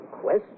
question